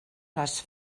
les